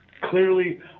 clearly